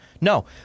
no